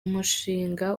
umushinga